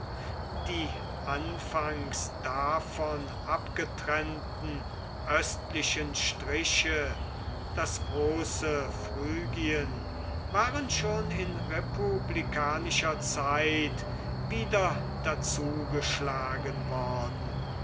die anfangs davon abgetrennten östlichen striche das große phrygien waren schon in republikanischer zeit wieder dazu geschlagen worden